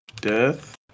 death